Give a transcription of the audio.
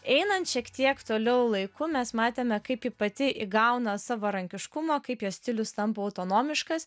einant šiek tiek toliau laiku mes matėme kaip ji pati įgauna savarankiškumo kaip jos stilius tampa autonomiškas